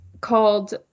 called